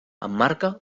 emmarca